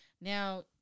Now